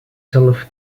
zelfs